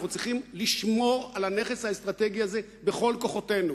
אנחנו צריכים לשמור על הנכס האסטרטגי הזה בכל כוחותינו.